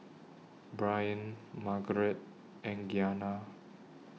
Brian Margeret and Gianna